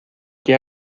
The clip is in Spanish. qué